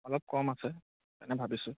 অলপ কম আছে এনে ভাবিছোঁ